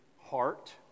heart